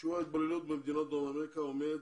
שיעור ההתבוללות במדינות דרום אמריקה עומד